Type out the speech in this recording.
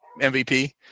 mvp